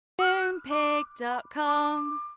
Moonpig.com